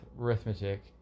arithmetic